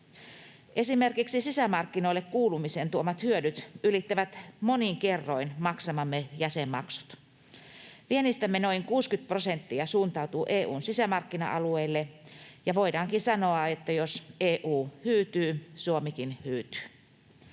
Esimerkiksi sisämarkkinoille kuulumisen tuomat hyödyt ylittävät monin kerroin maksamamme jäsenmaksut. Viennistämme noin 60 prosenttia suuntautuu EU:n sisämarkkina-alueelle, ja voidaankin sanoa, että jos EU hyytyy, Suomikin hyytyy.